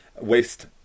waste